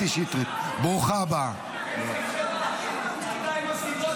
אבל אני שואל, תנו לה לסיים.